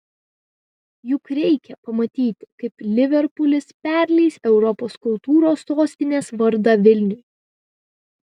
juk reikia pamatyti kaip liverpulis perleis europos kultūros sostinės vardą vilniui